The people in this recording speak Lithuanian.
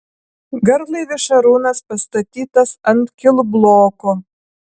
garlaivis šarūnas pastatytas ant kilbloko